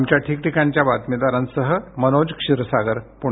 आमच्या विविध ठिकाणच्या बातमीदारांसह मनोज क्षीरसागर पुणे